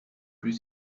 plus